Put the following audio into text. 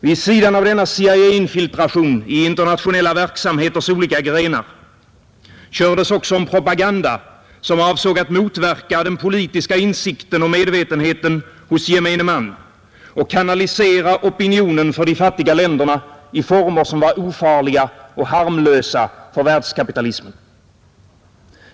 Vid sidan av denna CIA-infiltration i internationella verksamheters olika grenar kördes också en propaganda som avsåg att motverka den politiska insikten och medvetenheten hos gemene man och kanalisera opinionen för de fattiga länderna i former som var ofarliga och harmlösa för världskapitalismen.